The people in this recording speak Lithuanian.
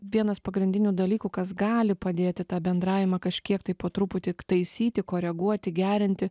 vienas pagrindinių dalykų kas gali padėti tą bendravimą kažkiek tai po truputį taisyti koreguoti gerinti